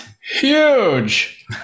huge